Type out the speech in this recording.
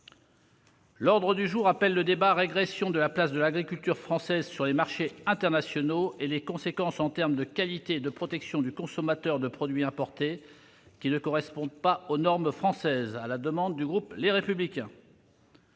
avons terminé avec le débat sur la régression de la place de l'agriculture française sur les marchés internationaux et les conséquences en termes de qualité et de protection du consommateur de produits importés qui ne correspondent pas aux normes françaises. Mes chers collègues, nous allons